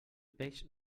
peix